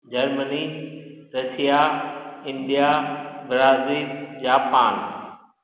Germany Russia India Brazil Japan